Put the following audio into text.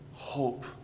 Hope